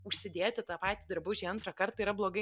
užsidėti tą patį drabužį antrą kartą yra blogai